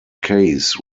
case